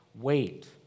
wait